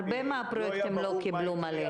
הרבה מהפרויקטים לא קיבלו מלא.